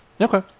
Okay